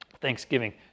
Thanksgiving